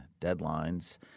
deadlines